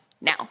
now